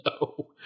No